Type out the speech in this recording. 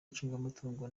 icungamutungo